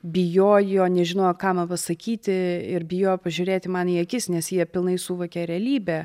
bijojo nežinojo ką man pasakyti ir bijo pažiūrėti man į akis nes jie pilnai suvokė realybę